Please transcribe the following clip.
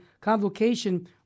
convocation